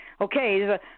Okay